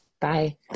Bye